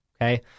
okay